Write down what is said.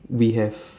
we have